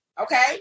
Okay